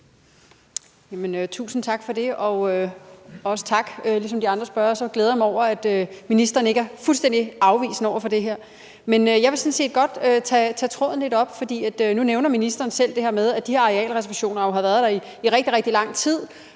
Tusind tak for det. Ligesom de andre spørgere glæder jeg mig over, at ministeren ikke er fuldstændig afvisende over for det her. Men jeg vil sådan set godt tage tråden lidt op. Ministeren nævner selv det her med, at de arealreservationer jo har været der i rigtig, rigtig lang tid,